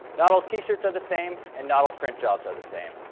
not all t-shirts are the same and not all print jobs are the same,